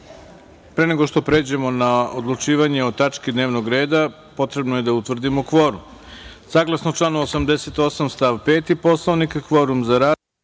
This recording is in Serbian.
pre nego što pređemo na odlučivanje o tački dnevnog reda, potrebno je da utvrdimo